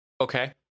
okay